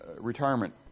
retirement